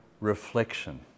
reflection